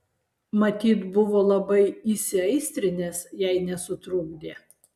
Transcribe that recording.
matyt buvo labai įsiaistrinęs jei nesutrukdė